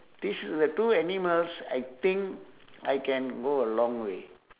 these is the two animals I think I can go a long way